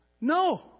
no